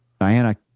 Diana